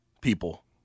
people